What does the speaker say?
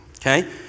Okay